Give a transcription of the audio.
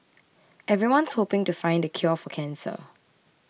everyone's hoping to find the cure for cancer